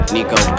Nico